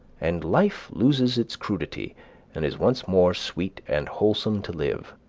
and life loses its crudity and is once more sweet and wholesome to live.